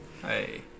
Hey